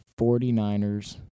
49ers